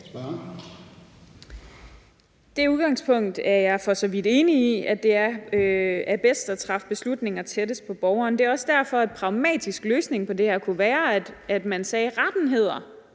Det udgangspunkt er jeg for så vidt enig i, altså at det er bedst at træffe beslutninger tættest på borgeren. Det er også derfor, at en pragmatisk løsning på det her kunne være, at man sagde, at retten var